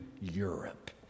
EUROPE